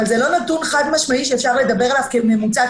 אבל זה לא נתון חד-משמעי שאפשר לדבר עליו כממוצע,